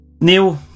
Neil